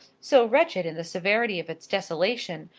so wretched in the severity of its desolation,